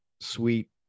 sweet